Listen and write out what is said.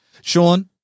Sean